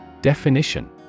Definition